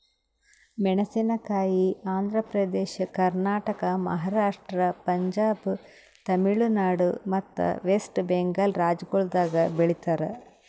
ಮೇಣಸಿನಕಾಯಿ ಆಂಧ್ರ ಪ್ರದೇಶ, ಕರ್ನಾಟಕ, ಮಹಾರಾಷ್ಟ್ರ, ಪಂಜಾಬ್, ತಮಿಳುನಾಡು ಮತ್ತ ವೆಸ್ಟ್ ಬೆಂಗಾಲ್ ರಾಜ್ಯಗೊಳ್ದಾಗ್ ಬೆಳಿತಾರ್